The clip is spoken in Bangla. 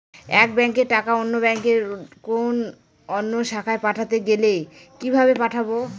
এক ব্যাংকের টাকা অন্য ব্যাংকের কোন অন্য শাখায় পাঠাতে গেলে কিভাবে পাঠাবো?